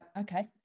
okay